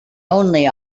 only